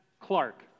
Clark